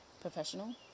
professional